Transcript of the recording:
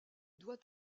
doit